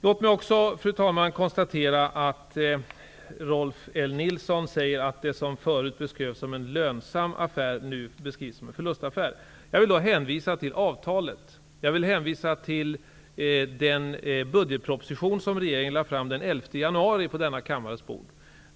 Låt mig också konstatera att Rolf L Nilson säger att det som förut beskrevs som en lönsam affär nu beskrivs som en förlustaffär. Jag vill då hänvisa till avtalet. Jag vill hänvisa till den budgetproposition som regeringen lade fram på kammarens bord den 11 januari.